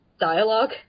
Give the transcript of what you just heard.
dialogue